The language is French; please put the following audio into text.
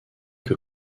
que